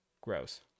gross